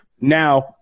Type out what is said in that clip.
now